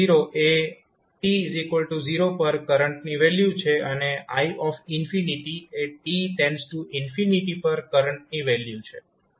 i એ t0 પર કરંટની વેલ્યુ છે અને i એ t પર કરંટની વેલ્યુ છે